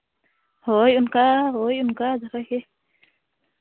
ᱦᱳᱭ ᱚᱱᱠᱟ ᱦᱳᱭ ᱚᱱᱠᱟ ᱫᱷᱟᱨᱟ ᱜᱮ